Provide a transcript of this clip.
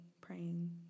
praying